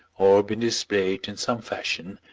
or been displayed in some fashion,